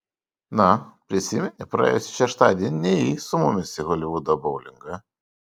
na prisimeni praėjusį šeštadienį nėjai su mumis į holivudo boulingą